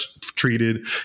treated